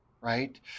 right